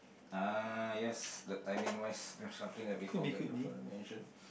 ah yes the timing yes that's something that we forget to mention